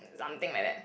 something like that